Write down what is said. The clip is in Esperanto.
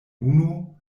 unu